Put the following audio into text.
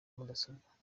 mudasobwa